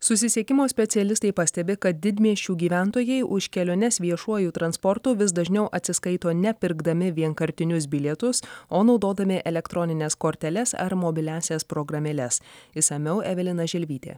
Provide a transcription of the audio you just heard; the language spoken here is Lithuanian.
susisiekimo specialistai pastebi kad didmiesčių gyventojai už keliones viešuoju transportu vis dažniau atsiskaito ne pirkdami vienkartinius bilietus o naudodami elektronines korteles ar mobiliąsias programėles išsamiau evelina želvytė